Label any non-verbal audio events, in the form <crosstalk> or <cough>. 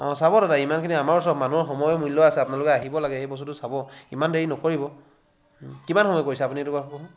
অঁ চাব দাদা ইমানখিনি আমাৰ ওচৰত মানুহৰ সময়ৰ মূল্য আছে আপোনালোকে আহিব লাগে সেই বস্তুটো চাব ইমান দেৰি নকৰিব কিমান সময় কৰিছে আপুনি এইটো <unintelligible>